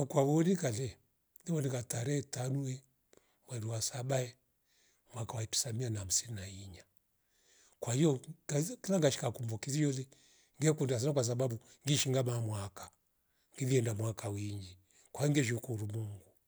Bati yakwa samie batika ukatika maisha kwale veiya arikataba nde maisha nimeona mazuri nikaora maisha peke nire siku nifunga nduwa tubasi ehh kweri zimori ndo kisha sadia maisha mesha yoova